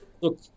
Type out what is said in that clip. look